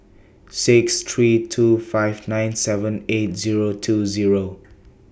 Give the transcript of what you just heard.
six three two five nine seven eight Zero two Zero